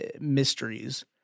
mysteries